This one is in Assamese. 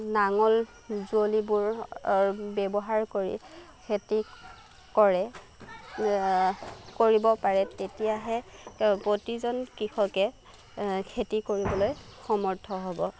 নাঙল যুঁৱলিবোৰৰ ব্যৱহাৰ কৰি খেতি কৰে কৰিব পাৰে তেতিয়াহে প্ৰতিজন কৃষকে খেতি কৰিবলৈ সমৰ্থ হ'ব